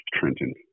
Trenton